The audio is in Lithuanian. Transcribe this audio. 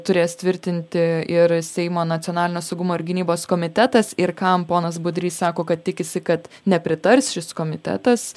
turės tvirtinti ir seimo nacionalinio saugumo ir gynybos komitetas ir kam ponas budrys sako kad tikisi kad nepritars šis komitetas